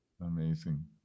amazing